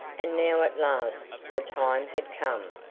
and now at last the time had come.